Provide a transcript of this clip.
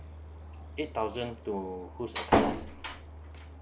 eight thousand to who's account